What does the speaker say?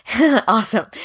Awesome